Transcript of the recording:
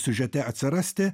siužete atsirasti